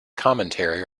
commentary